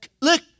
Look